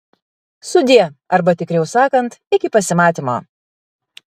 sudie arba tikriau sakant iki pasimatymo